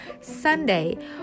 Sunday